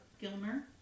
Gilmer